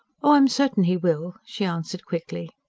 oh, i'm certain he will, she answered quickly.